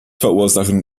verursachen